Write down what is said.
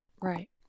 right